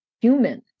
human